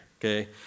okay